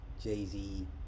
Jay-Z